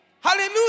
Hallelujah